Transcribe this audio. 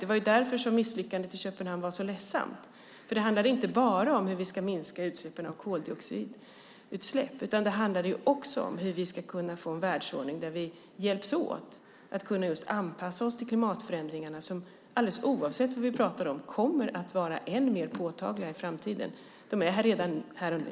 Det var därför som misslyckandet i Köpenhamn var så ledsamt. Det handlade inte bara om hur vi ska minska koldioxidutsläppen, utan det handlade också om hur vi ska kunna få en världsordning där vi hjälps åt för att just anpassa oss till klimatförändringarna, som alldeles oavsett vad vi pratar om kommer att vara än mer påtagliga i framtiden. De är här redan nu.